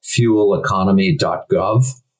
fueleconomy.gov